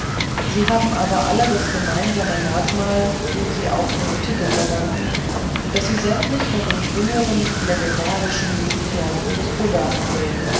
sie haben aber alle das gemeinsame merkmal dem sie auch ihren titel verdanken daß sie sämtlich von den früheren legendarischen lebensläufen des buddha handeln